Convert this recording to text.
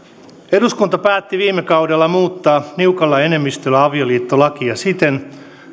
eduskunta päätti viime kaudella muuttaa niukalla enemmistöllä avioliittolakia siten